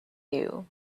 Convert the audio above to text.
you